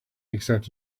except